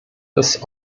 des